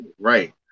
Right